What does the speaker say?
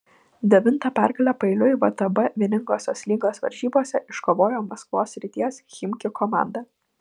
devintą pergalę paeiliui vtb vieningosios lygos varžybose iškovojo maskvos srities chimki komanda